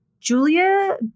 Julia